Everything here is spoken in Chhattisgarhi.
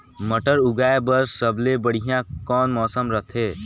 मटर उगाय बर सबले बढ़िया कौन मौसम रथे?